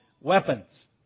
weapons